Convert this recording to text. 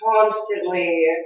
constantly